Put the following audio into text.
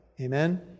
Amen